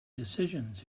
decisions